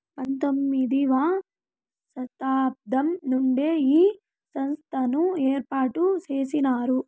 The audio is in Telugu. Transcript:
పంతొమ్మిది వ శతాబ్దం నుండే ఈ సంస్థను ఏర్పాటు చేసినారు